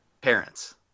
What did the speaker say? parents